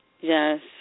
Yes